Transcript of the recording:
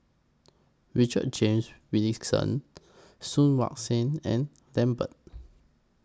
Richard James Wilkinson Soon Wah Siang and Lambert